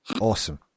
awesome